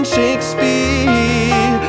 Shakespeare